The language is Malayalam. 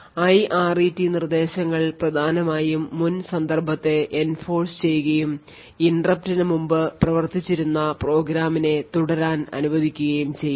IRET നിർദ്ദേശങ്ങൾ പ്രധാനമായും മുൻ സന്ദർഭത്തെ enforce ചെയ്യുകയും interrupt ന് മുമ്പ് പ്രവർത്തിച്ചിരുന്ന പ്രോഗ്രാമിനെ തുടരാൻ അനുവദിക്കുകയും ചെയ്യും